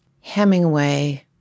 Hemingway